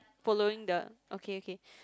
following the okay okay